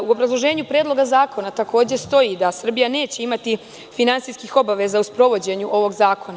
U obrazloženju Predloga zakona takođe stoji da Srbija neće imati finansijskih obaveza u sprovođenju ovog zakona.